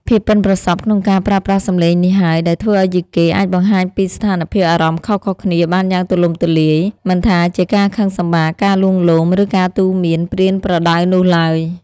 ភាពប៉ិនប្រសប់ក្នុងការប្រើប្រាស់សំឡេងនេះហើយ ដែលធ្វើឱ្យយីកេអាចបង្ហាញពីស្ថានភាពអារម្មណ៍ខុសៗគ្នាបានយ៉ាងទូលំទូលាយ មិនថាជាការខឹងសម្បារ ការលួងលោម ឬការទូន្មានប្រៀនប្រដៅនោះឡើយ។